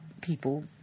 people